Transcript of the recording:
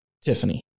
Tiffany